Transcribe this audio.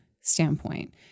standpoint